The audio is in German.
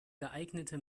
geeignete